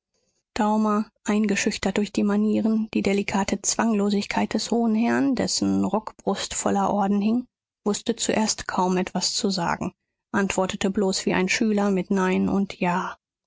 daumer eingeschüchtert durch die manieren die delikate zwanglosigkeit des hohen herrn dessen rockbrust voller orden hing wußte zuerst kaum etwas zu sagen antwortete bloß wie ein schüler mit nein und ja